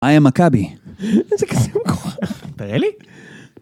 I am Maccabi. איזה קסם קורח, תראה לי?